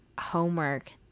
homework